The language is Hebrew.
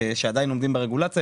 שעדיין עומדים ברגולציה,